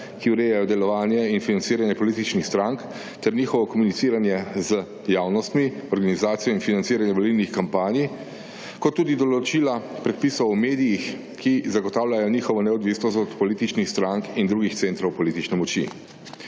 ki urejajo delovanje in financiranje političnih strank ter njihovo komuniciranje z javnostjo, organizacijami in financiranje volilnih kampanj, kot tudi določila predpisov o medijih, ki zagotavljajo njihovo neodvisnost od političnih strank in drugih centrov politične moči.